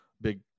big